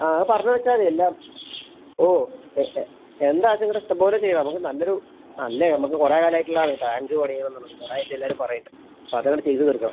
ആ പറഞ്ഞ് വെച്ചാൽ മതി എല്ലാം ഓ ഏഹ് ഏഹ് എന്താച്ചാ നിങ്ങടെ ഇഷ്ടം പോലെ ചെയ്യാ നമ്മക്ക് നല്ല ഒരു ആ നല്ല നമ്മക്ക് കൊറേ കാലം ആയിട്ട് ഇള്ളതാണ് ടാങ്ക് പണിയണന്ന് ഇള്ളത് കുറേ ആയിട്ട് എല്ലാരും പറയുന്നുണ്ട് അപ്പം അത് അങ്ങട് ചെയ്ത് തീർക്കാം